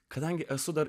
kadangi esu dar